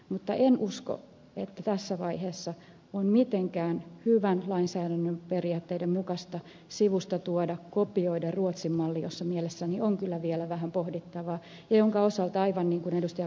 mutta en usko että tässä vaiheessa on mitenkään hyvän lainsäädännön periaatteiden mukaista sivusta tuoda kopioida ruotsin malli jossa mielestäni on kyllä vielä vähän pohdittavaa ja jonka osalta aivan niin kuin ed